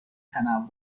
تنوع